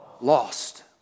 lost